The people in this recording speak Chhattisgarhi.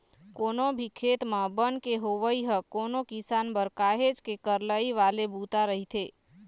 कोनो भी खेत म बन के होवई ह कोनो किसान बर काहेच के करलई वाले बूता रहिथे